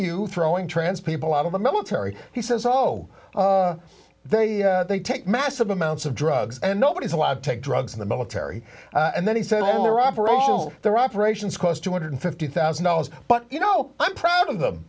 you throwing trans people out of the military he says although they they take massive amounts of drugs and nobody's allowed to take drugs in the military and then he said the robber all their operations cost two hundred and fifty thousand dollars but you know i'm proud of them